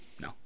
no